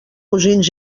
cosins